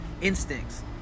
instincts